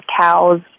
cows